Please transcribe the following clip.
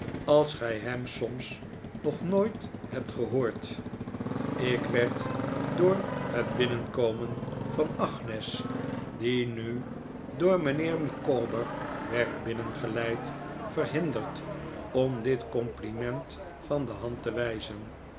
als gij hem soms nog nooit hebt gehoord ik werd door het binnenkomen van agnes die nu door mijnheer micawber werd binnengeleid verhinderd om dit compliment van de hand te wijzen